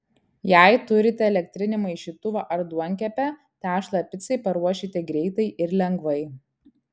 jei turite elektrinį maišytuvą ar duonkepę tešlą picai paruošite greitai ir lengvai